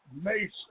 Mason